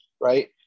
right